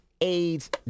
AIDS